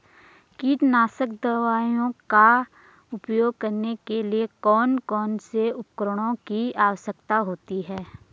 कीटनाशक दवाओं का उपयोग करने के लिए कौन कौन से उपकरणों की आवश्यकता होती है?